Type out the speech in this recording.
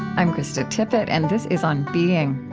i'm krista tippett, and this is on being.